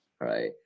right